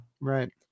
right